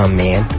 man